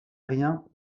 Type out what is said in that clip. rien